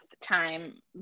time